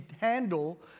handle